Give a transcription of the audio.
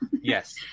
Yes